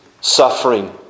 suffering